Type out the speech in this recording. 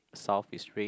south is red